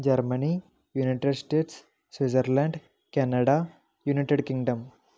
Germany United States Switzerland Canada United Kingdom